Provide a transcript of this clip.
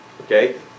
Okay